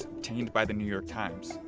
obtained by the new york times,